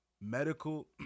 medical